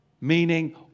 Meaning